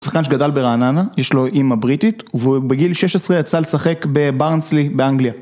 שחקן שגדל ברעננה, יש לו אמא בריטית, ובגיל 16 הוא יצא לשחק בבארנסלי באנגליה.